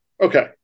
Okay